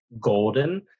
golden